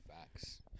Facts